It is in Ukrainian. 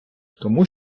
тому